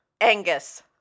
Angus